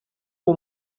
ubu